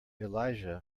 elijah